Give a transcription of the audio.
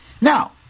Now